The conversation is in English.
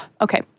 Okay